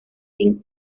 sin